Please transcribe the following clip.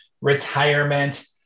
retirement